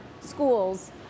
schools